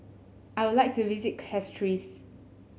I would like to visit Castries